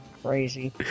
crazy